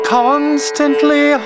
constantly